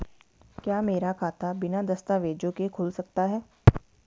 क्या मेरा खाता बिना दस्तावेज़ों के खुल सकता है?